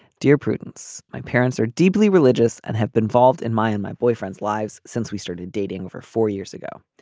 dear prudence. my parents are deeply religious and have been involved in my and my boyfriends lives since we started dating over four years ago.